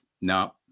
no